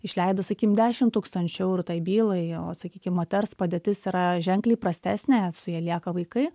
išleido sakykim dešimt tūkstančių eurų tai bylai o sakykim moters padėtis yra ženkliai prastesnė su ja lieka vaikai